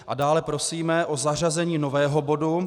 A dále prosíme o zařazení nového bodu.